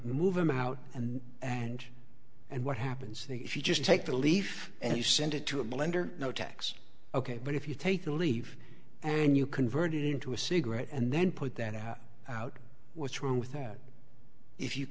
move them out and and and what happens the if you just take a leaf and you send it to a blender no tax ok but if you take a leaf and you convert it into a cigarette and then put that out what's wrong with that if you